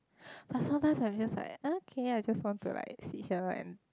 but sometimes I'm just like okay I just want to like sit here like and